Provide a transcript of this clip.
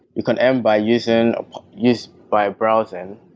you can earn by using use by browsing,